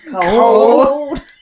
Cold